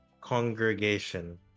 congregation